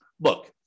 look